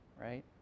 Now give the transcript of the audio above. Right